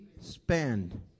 spend